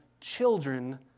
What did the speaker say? children